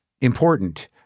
important